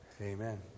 Amen